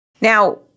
Now